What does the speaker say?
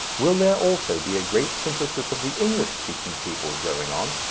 will there also be a great synthesis of the english-speaking peoples going on?